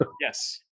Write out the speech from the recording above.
Yes